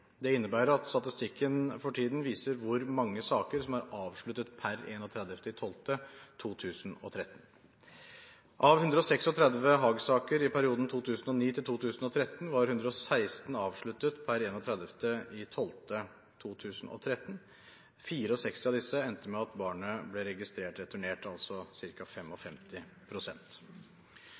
Det innebærer at statistikken for tiden viser hvor mange saker som er avsluttet per 31. desember 2013. Av 136 Haag-saker i perioden 2009–2013 var 116 avsluttet per 31. desember 2013. 64 av disse endte med at barnet ble registrert returnert, altså